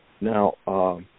Now